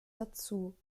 dazu